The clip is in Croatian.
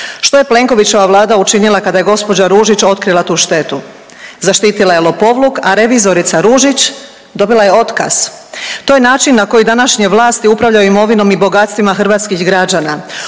Što je Plenkovićeva Vlada učinila kada je gđa. Ružić otkrila tu štetu? Zaštitila je lopovluk, a revizorica Ružić dobila je otkaz. To je način na koji današnje vlasti upravljaju imovinom i bogatstvima hrvatskih građana.